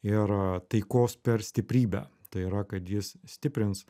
ir taikos per stiprybę tai yra kad jis stiprins